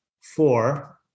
four